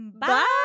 Bye